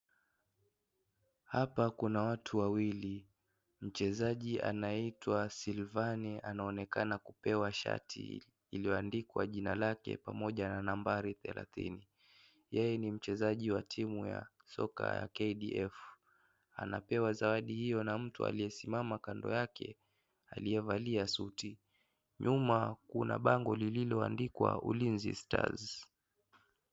Hapa kuna watu wawili. Mchezaji anayeitwa Sylvane anaonekana kupewa shati iliyoandikwa jina lake pamoja na nambari thelathini. Yeye ni mchezaji wa timu ya soka ya KDF. Anapewa zawadi hiyo na mtu aliyesimama kando yake aliyevalia suti. Nyuma kna bango lililoandikwa ULINZI STARS.